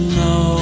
no